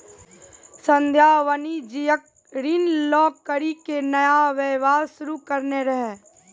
संध्या वाणिज्यिक ऋण लै करि के नया व्यवसाय शुरू करने रहै